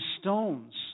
stones